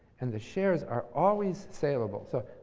and the shares are always salable. so,